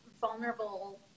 vulnerable